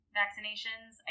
vaccinations